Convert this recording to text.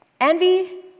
Envy